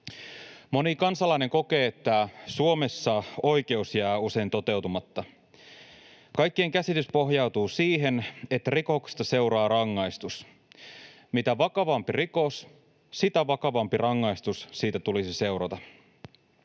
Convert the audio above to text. Moni kansalainen kokee, että Suomessa oikeus jää usein toteutumatta. Kaikkien käsitys pohjautuu siihen, että rikoksesta seuraa rangaistus — mitä vakavampi rikos, sitä vakavamman rangaistuksen siitä tulisi seurata.